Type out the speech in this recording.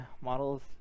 models